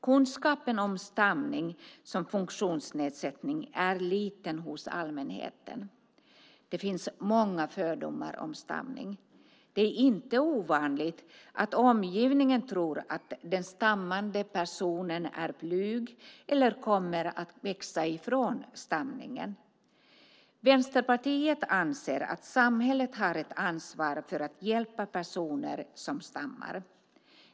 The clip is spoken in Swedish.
Kunskapen om stamning som funktionsnedsättning är liten hos allmänheten. Det finns många fördomar om stamning. Det är inte ovanligt att omgivningen tror att den stammande personen är blyg eller kommer att "växa ifrån" stamningen. Vänsterpartiet anser att samhället har ett ansvar för att hjälpa personer som stammar.